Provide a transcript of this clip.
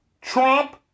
Trump